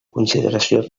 consideració